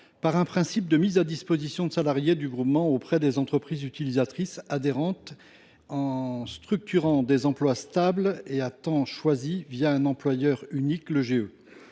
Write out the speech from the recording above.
par un principe de mise à disposition de salariés du groupement auprès des entreprises utilisatrices adhérentes en structurant des emplois stables et à temps choisi un employeur unique, le GE.